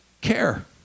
care